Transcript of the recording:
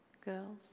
girls